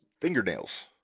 fingernails